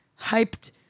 hyped